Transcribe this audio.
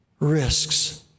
Risks